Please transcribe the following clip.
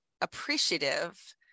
appreciative